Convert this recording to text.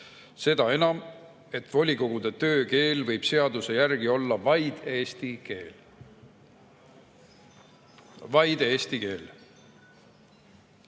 Seda enam, et volikogude töökeel võib seaduse järgi olla vaid eesti keel. Vaid eesti keel.